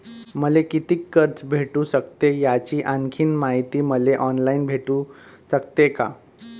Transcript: मले कितीक कर्ज भेटू सकते, याची आणखीन मायती मले ऑनलाईन भेटू सकते का?